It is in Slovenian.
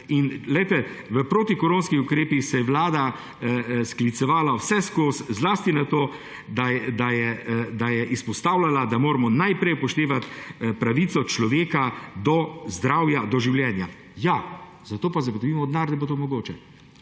pomoč. V protikoronskih ukrepih se je vlada sklicevala vseskozi zlasti na to, da je izpostavljala, da moramo najprej upoštevati pravico človeka do zdravja, do življenja. Ja, zato pa zagotovimo denar, da bo to mogoče.